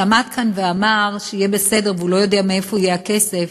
שעמד כאן ואמר שיהיה בסדר והוא לא יודע מאיפה יהיה הכסף,